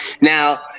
Now